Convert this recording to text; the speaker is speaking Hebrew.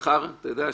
אתה יודע,